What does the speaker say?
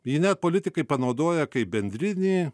jį net politikai panaudoja kaip bendrinį